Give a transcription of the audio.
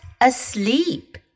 asleep